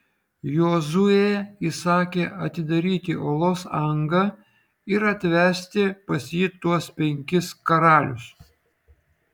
jozuė įsakė atidaryti olos angą ir atvesti pas jį tuos penkis karalius